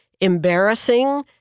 embarrassing